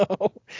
No